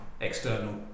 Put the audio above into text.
external